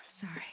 Sorry